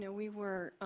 yeah we were